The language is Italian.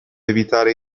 evitare